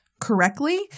correctly